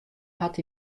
hat